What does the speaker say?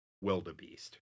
Wildebeest